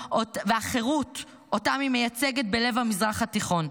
והחירות שאותם היא מייצגת בלב המזרח התיכון.